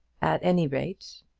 at any rate,